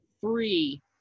three